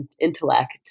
intellect